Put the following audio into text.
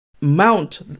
mount